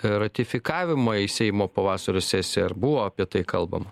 ratifikavimą į seimo pavasario sesiją ar buvo apie tai kalbama